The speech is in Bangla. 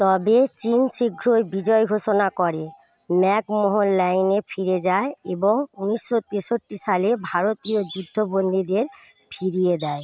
তবে চীন শীঘ্রই বিজয় ঘোষণা করে ম্যাকমোহন লাইনে ফিরে যায় এবং উনিশশো তেষট্টি সালে ভারতীয় যুদ্ধবন্দীদের ফিরিয়ে দেয়